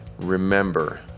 remember